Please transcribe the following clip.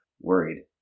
worried